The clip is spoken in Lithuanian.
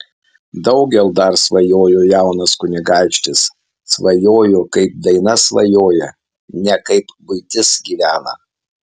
daugel dar svajojo jaunas kunigaikštis svajojo kaip daina svajoja ne kaip buitis gyvena